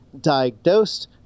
diagnosed